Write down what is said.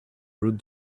road